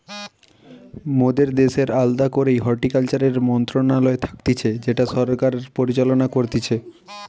মোদের দ্যাশের আলদা করেই হর্টিকালচারের মন্ত্রণালয় থাকতিছে যেটা সরকার পরিচালনা করতিছে